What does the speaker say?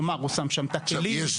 כלומר, הוא שם את הכלים.